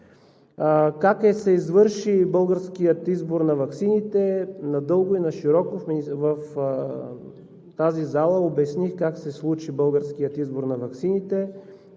Как се извърши българският избор на ваксините? Надълго и нашироко в тази зала обясних как се случи българският избор на ваксините.